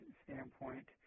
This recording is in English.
standpoint